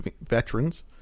veterans